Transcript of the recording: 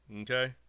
Okay